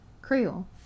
Creole